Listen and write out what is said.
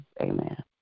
Amen